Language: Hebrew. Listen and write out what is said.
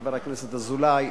חבר הכנסת אזולאי,